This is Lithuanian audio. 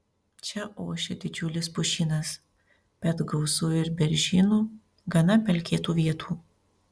čia ošia didžiulis pušynas bet gausu ir beržynų gana pelkėtų vietų